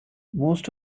most